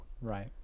Right